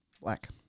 Black